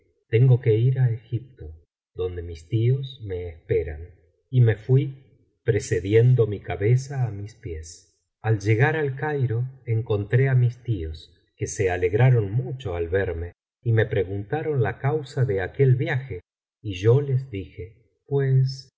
tengo que ir á egipto donde mis tíos me esperan y me fui precediendo mi cabeza á mis pies al llegar al cairo encontré á mis tíos que se alegraron mucho al verme y me preguntaron la causa de aquel viaje y yo les dije pues